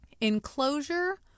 Enclosure